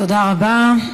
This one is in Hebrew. תודה רבה.